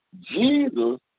Jesus